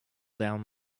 down